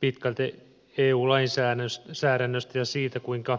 pitkälti eu lainsäädännöstä ja siitä kuinka